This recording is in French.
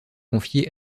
confiés